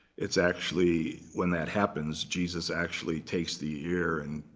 it's actually when that happens, jesus actually takes the ear and,